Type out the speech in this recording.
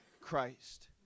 Christ